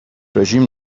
رژیم